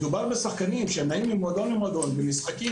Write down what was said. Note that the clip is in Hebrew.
מדובר בשחקנים שנעים ממועדון למועדון במשחקים,